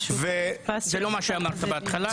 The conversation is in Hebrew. זה לא מה שאמרת בהתחלה.